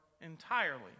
entirely